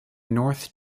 north